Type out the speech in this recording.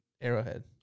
Arrowhead